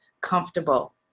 comfortable